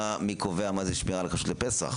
מי קובע מה זה שמירה על כשרות לפסח?